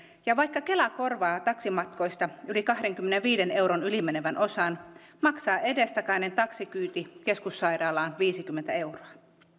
vaikka kela korvaa taksimatkoista kahdenkymmenenviiden euron yli menevän osan maksaa edestakainen taksikyyti keskussairaalaan viisikymmentä euroa